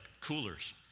coolers